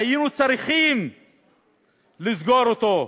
והיינו צריכים לסגור אותו.